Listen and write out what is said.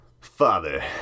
Father